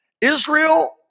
Israel